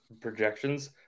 projections